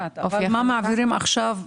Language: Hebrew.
מה מעבירים עכשיו?